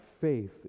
faith